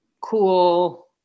cool